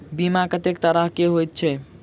बीमा कत्तेक तरह कऽ होइत छी?